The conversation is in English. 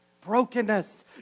Brokenness